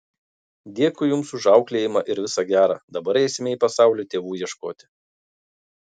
dėkui jums už auklėjimą ir visa gera dabar eisime į pasaulį tėvų ieškoti